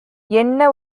என்ன